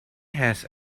has